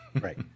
Right